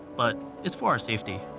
but it's for our safety.